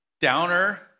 downer